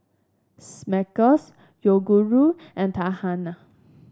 Smuckers Yoguru and Tahuna